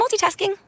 multitasking